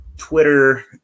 Twitter